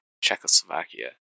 Czechoslovakia